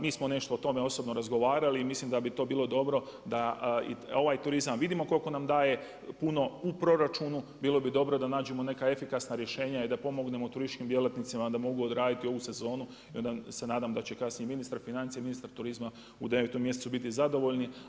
Mi smo nešto o tome osobno razgovarali i mislim da bi to bilo dobro da ovaj turizam vidimo koliko nam daje puno u proračunu, bilo bi dobro da nađemo neka efikasna rješenja i da pomognemo turističkim djelatnicima da mogu odraditi ovu sezonu i onda se nadam da će kasnije ministar financija, ministar turizma u 9 mjesecu biti zadovoljni.